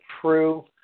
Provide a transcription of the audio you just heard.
true